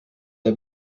del